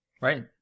Right